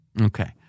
Okay